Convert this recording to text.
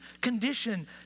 condition